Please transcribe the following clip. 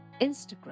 Instagram